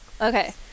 okay